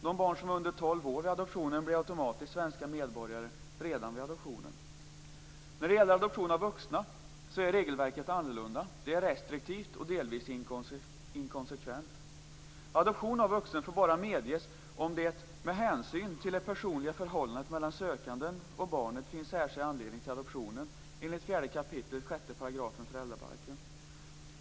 De barn som är under tolv år vid adoptionen blir automatiskt svenska medborgare redan vid adoptionen. När det gäller adoption av vuxna är regelverket annorlunda. Det är restriktivt och delvis inkonsekvent. Adoption av vuxen får bara medges om det "med hänsyn till det personliga förhållandet mellan sökanden och barnet finns särskild anledning till adoptionen", enligt 4 kap. 6 § föräldrabalken.